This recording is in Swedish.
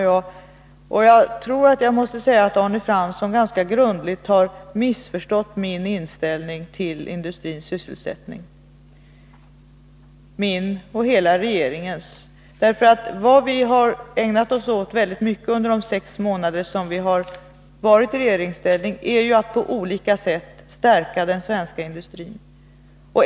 Jag tror att jag måste säga att Arne Fransson ganska grundligt har missförstått min och hela regeringens inställning till industrins sysselsättning. Vad vi har ägnat oss mycket åt under de sex månader som vi har varit i regeringsställning är ju att på olika sätt stärka den svenska industrin.